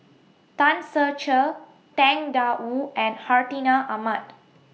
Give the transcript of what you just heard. Tan Ser Cher Tang DA Wu and Hartinah Ahmad